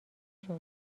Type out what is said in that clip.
شده